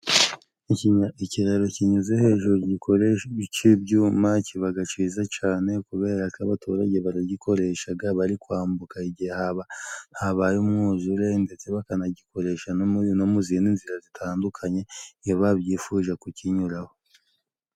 Ikira ikiraro kinyuze hejuru gikoreshejwe c'ibyuma kibaga ciza cane, kubera ko abaturage baragikoreshaga bari kwambuka, igihe haba habaye umwuzure, ndetse bakanagikoresha no mu no mu zindi nzira zitandukanye iyo babyifuje kukinyuraho.